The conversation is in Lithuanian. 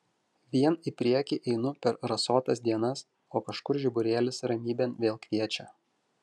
vien į priekį einu per rasotas dienas o kažkur žiburėlis ramybėn vėl kviečia